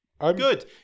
good